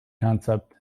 concept